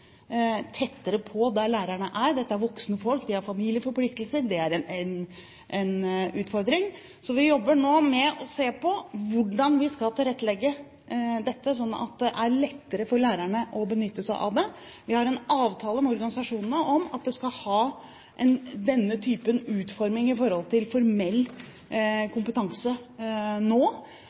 tettere på der lærerne er – dette er voksne folk, de har familieforpliktelser. Det er en utfordring. Så vi jobber nå med å se på hvordan vi skal tilrettelegge dette, slik at det er lettere for lærerne å benytte seg av det. Vi har en avtale med organisasjonene om at vi skal ha denne utformingen i forhold til formell kompetanse nå,